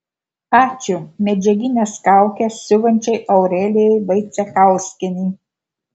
ačiū medžiagines kaukes siuvančiai aurelijai vaicekauskienei